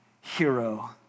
hero